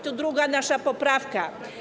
Tu druga nasza poprawka.